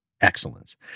excellence